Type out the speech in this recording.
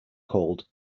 called